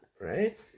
Right